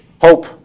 Hope